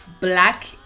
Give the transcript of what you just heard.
black